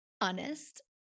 honest